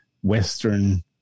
Western